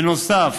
בנוסף,